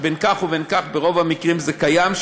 שבין כך ובין כך ברוב המקרים זה קיים,